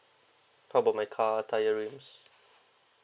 how about my car tyre rims